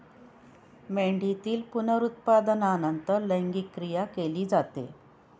मेंढीतील पुनरुत्पादनानंतर लैंगिक क्रिया केली जाते